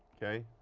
okay.